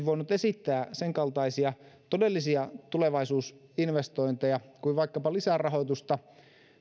voinut esittää sen kaltaisia todellisia tulevaisuusinvestointeja kuin vaikkapa lisärahoitusta